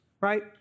right